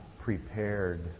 prepared